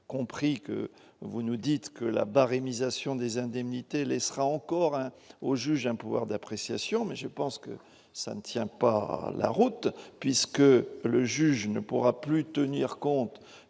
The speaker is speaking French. compris que vous nous dites que la barémisation des indemnités laissera encore un au juge un pouvoir d'appréciation mais je pense que ça ne tient pas la route, puisque le juge ne pourra plus tenir compte